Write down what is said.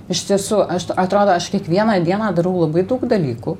iš tiesų aš atrodo aš kiekvieną dieną darau labai daug dalykų